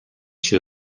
się